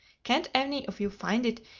can't any of you find it?